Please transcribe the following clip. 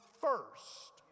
first